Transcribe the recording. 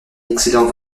excellent